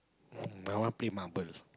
I want play marble